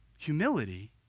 humility